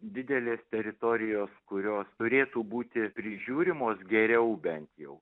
didelės teritorijos kurios turėtų būti prižiūrimos geriau bent jau